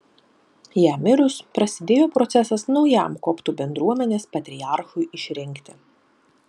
jam mirus prasidėjo procesas naujam koptų bendruomenės patriarchui išrinkti